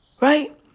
right